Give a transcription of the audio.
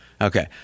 Okay